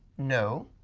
no,